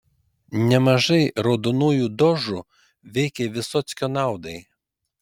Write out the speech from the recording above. nemažai raudonųjų dožų veikė vysockio naudai